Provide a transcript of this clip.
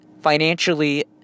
financially